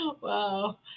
wow